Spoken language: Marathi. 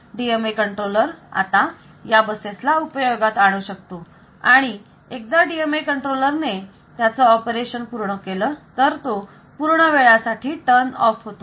DMA कंट्रोलर आता या बसेस ला उपयोगात आणू शकतो आणि एकदा DMA कंट्रोलर ने त्याचं ऑपरेशन पूर्ण केलं तर तो पूर्ण वेळासाठी टर्न ऑफ होतो